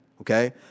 okay